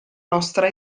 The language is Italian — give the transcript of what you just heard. nostra